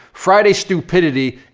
friday stupidity,